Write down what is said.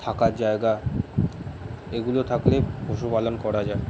থাকার জায়গা এগুলো থাকলে পশুপালন করা যায়